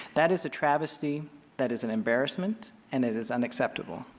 that is a travesty that is an embarrassment and it is unacceptable.